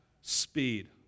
speed